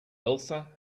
elsa